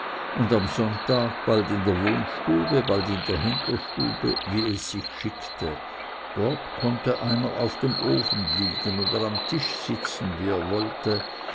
und am sonntag bald in der wohnstube bald in der hinterstube wie es sich schickte dort konnte einer auf dem ofen liegen oder am tische sitzen wie er wollte